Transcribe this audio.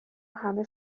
همه